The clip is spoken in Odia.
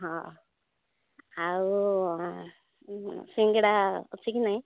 ହଁ ଆଉ ସିଙ୍ଗେଡ଼ା ଅଛି କି ନାଇ